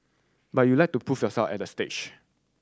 but you like to prove yourself at that stage